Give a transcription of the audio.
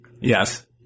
Yes